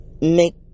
Make